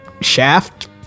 shaft